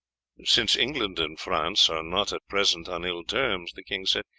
since england and france are not at present on ill terms, the king said,